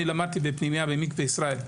אני למדתי בפנימייה במקווה ישראל,